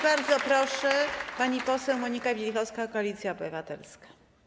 Bardzo proszę, pani poseł Monika Wielichowska, Koalicja Obywatelska.